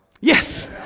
Yes